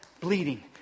bleeding